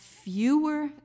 fewer